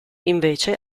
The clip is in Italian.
invece